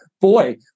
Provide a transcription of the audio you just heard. boy